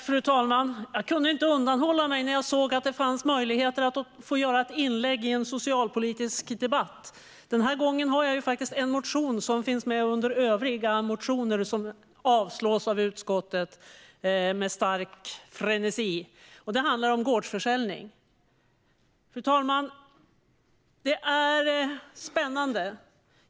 Fru talman! När jag såg att det fanns möjlighet att få göra ett inlägg i en socialpolitisk debatt kunde jag inte hålla mig från att göra det. Den här gången har jag faktiskt en motion som finns med bland övriga motioner och som avslås av utskottet med stark frenesi. Den handlar om gårdsförsäljning. Fru talman! Det här är spännande.